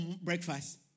breakfast